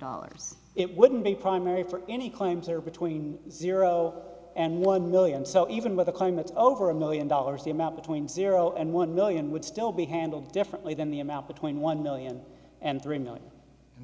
dollars it wouldn't be primary for any claims or between zero and one million so even with a climate over a million dollars the amount between zero and one million would still be handled differently than the amount between one million and three million